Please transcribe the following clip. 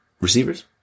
receivers